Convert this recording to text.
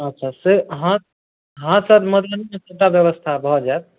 अच्छा से हाँ हाँ सर मधुबनीमे सबटा व्यवस्था भऽ जायत